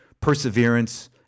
perseverance